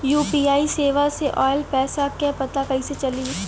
UPI सेवा से ऑयल पैसा क पता कइसे चली?